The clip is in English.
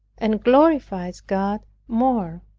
and glorifies god more.